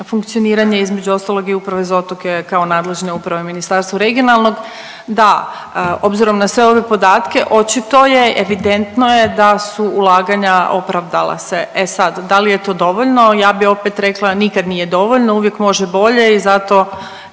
funkcioniranje između ostalog i Uprave za otoke kao nadležne uprave u Ministarstvu regionalnog. Da, obzirom na sve ove podatke očito je, evidentno je da su ulaganja opravdala se. E sad da li je to dovoljno, ja bi opet rekla nikad nije dovoljno uvijek može bolje i zato